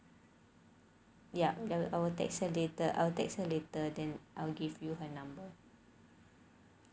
yup I'll text her later I'll text her later than I'll give you her number she's a very nice person ya